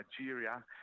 Nigeria